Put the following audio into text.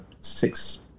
six